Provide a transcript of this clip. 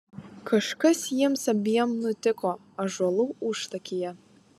kažkas jiems abiem nutiko ąžuolų užtakyje